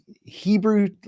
hebrew